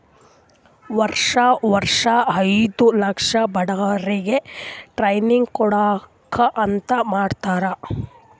ವರ್ಷಾ ವರ್ಷಾ ಐಯ್ದ ಲಕ್ಷ ಬಡುರಿಗ್ ಟ್ರೈನಿಂಗ್ ಕೊಡ್ಬೇಕ್ ಅಂತ್ ಮಾಡ್ಯಾರ್